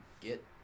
get